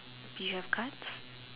you have cards